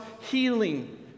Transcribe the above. healing